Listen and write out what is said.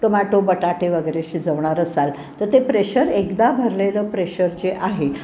tomato बटाटे वगैरे शिजवणार असाल तर ते प्रेशर एकदा भरलेलं प्रेशर जे आहे